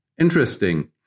interesting